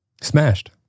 Smashed